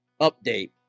update